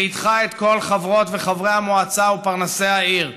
ואיתך את כל חברות וחברי המועצה ופרנסי העיר,